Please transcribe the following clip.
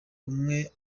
umwe